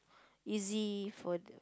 easy for the